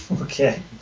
Okay